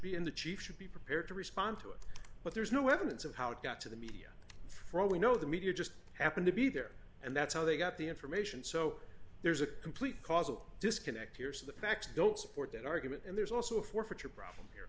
be in the chief should be prepared to respond to it but there's no evidence of how it got to the media for all we know the media just happened to be there and that's how they got the information so there's a complete causal disconnect here so the facts don't support that argument and there's also a forfeiture problem here